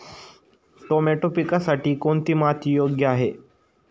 Tomato पिकासाठी कोणती माती योग्य आहे?